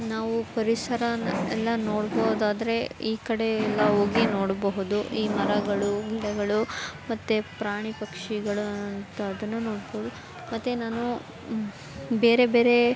ನಾವು ಪರಿಸರನ ಎಲ್ಲ ನೋಡ್ಬೋದಾದ್ರೆ ಈ ಕಡೆ ಎಲ್ಲ ಹೋಗಿ ನೋಡಬಹುದು ಈ ಮರಗಳು ಗಿಡಗಳು ಮತ್ತು ಪ್ರಾಣಿ ಪಕ್ಷಿಗಳು ಅಂಥದ್ದನ್ನು ನೋಡ್ಬೋದು ಮತ್ತು ನಾನು ಬೇರೆ ಬೇರೆ